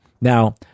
Now